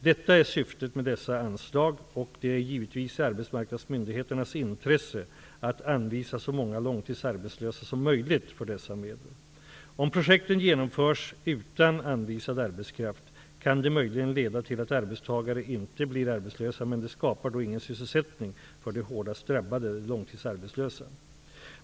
Detta är syftet med dessa anslag, och det är givetvis i arbetsmarknadsmyndigheternas intresse att anvisa så många långtidsarbetslösa som möjligt för dessa medel. Om projekten genomförs utan anvisad arbetskraft kan de möjligen leda till att arbetstagare inte blir arbetslösa men de skapar då ingen sysselsättning för de hårdast drabbade -- de långtidsarbetslösa.